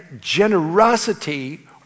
generosity